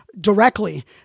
directly